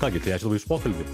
ką gi tai ačiū labai už pokalbį